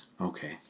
Okay